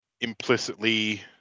implicitly